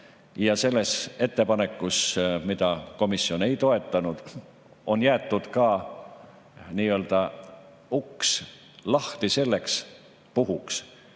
Selles ettepanekus, mida komisjon ei toetanud, oli jäetud ka nii-öelda uks lahti selleks puhuks,